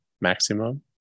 maximum